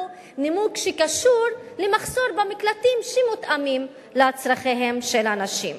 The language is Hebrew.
נימוק שקשור למחסור במקלטים שמותאמים לצורכיהן של הנשים.